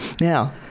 Now